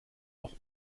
auch